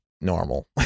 normal